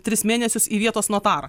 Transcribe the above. tris mėnesius į vietos notarą